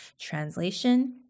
Translation